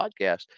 podcast